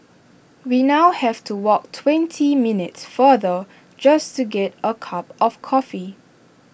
we now have to walk twenty minutes farther just to get A cup of coffee